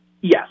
Yes